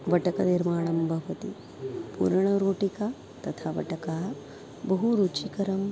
वटकनिर्माणं भवति पूरणरोटिका तथा वटकाः बहु रुचिकरं